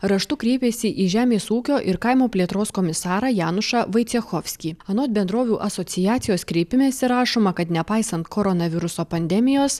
raštu kreipėsi į žemės ūkio ir kaimo plėtros komisarą janušą vaicechovskį anot bendrovių asociacijos kreipimesi rašoma kad nepaisant koronaviruso pandemijos